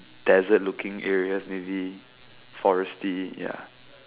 dessert looking areas maybe forest ya